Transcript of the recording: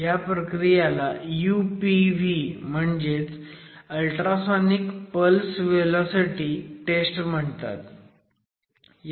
ह्या प्रक्रियेला UPV म्हणजे अल्ट्रासॉनिक प्लस व्हेलॉसिटी टेस्ट म्हणतात